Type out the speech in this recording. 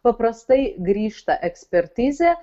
paprastai grįžta ekspertizė